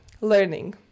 learning